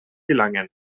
gelangen